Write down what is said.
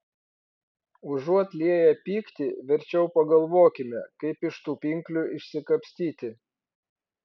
užuot lieję pyktį verčiau pagalvokime kaip iš tų pinklių išsikapstyti